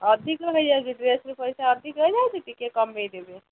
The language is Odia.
ଅଧିକ ହୋଇଯାଉଛି ଡ୍ରେସ୍ର ପଇସା ଅଧିକ ହୋଇଯାଉଛି ଟିକେ କମାଇଦେବେ